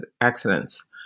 accidents